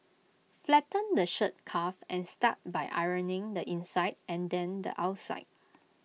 flatten the shirt cuff and start by ironing the inside and then the outside